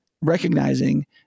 recognizing